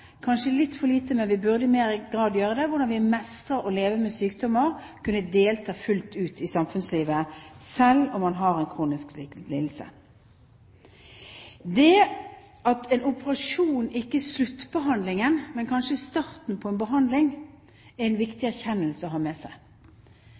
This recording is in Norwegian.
kanskje litt for lite – vi burde i større grad gjøre det – hvordan vi mestrer å leve med sykdommer og kunne delta fullt ut i samfunnslivet selv om man har en kronisk lidelse. Det at en operasjon ikke er sluttbehandlingen, men kanskje er starten på en behandling, er en viktig